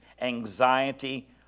anxiety